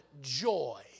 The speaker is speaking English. Joy